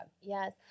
Yes